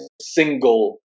single